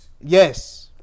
Yes